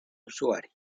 usuario